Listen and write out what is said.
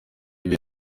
ari